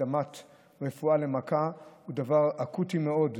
הקדמת רפואה למכה היא דבר אקוטי מאוד.